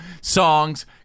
Songs